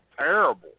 terrible